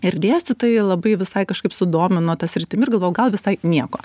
ir dėstytojai labai visai kažkaip sudomino ta sritimi ir galvojau gal visai nieko